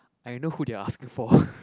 I know who they are asking for